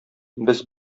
без